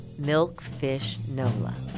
milkfishnola